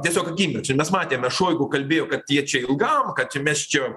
tiesiog gimė čia mes matėme šoigu kalbėjo kad jie čia ilgam kad čia mes čia